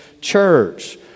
church